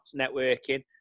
networking